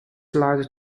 led